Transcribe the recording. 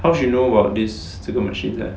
how she know about this 这个 machine sia